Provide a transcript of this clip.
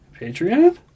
Patreon